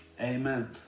Amen